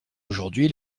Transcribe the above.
aujourd’hui